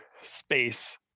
space